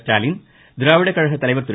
ஸ்டாலின் திராவிடர் கழக தலைவர் திரு